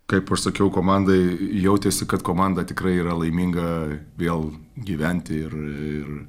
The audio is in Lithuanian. kaip aš sakiau komandai jautėsi kad komanda tikrai yra laiminga vėl gyventi ir ir